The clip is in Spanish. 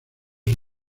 sus